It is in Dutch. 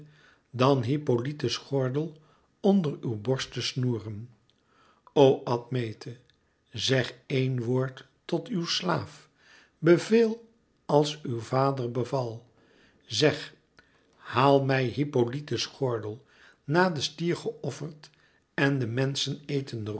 dan hippolyte's gordel onder uw borst te snoeren o admete zeg een woord tot uw slaaf beveel als uw vader beval zeg haal mij hippolyte's gordel na den stier geofferd en de